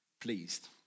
pleased